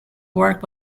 work